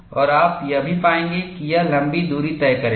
और आप यह भी पाएंगे कि यह लंबी दूरी तय करेगा